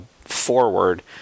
forward